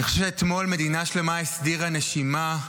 אני חושב שאתמול מדינה שלמה הסדירה נשימה,